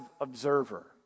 observer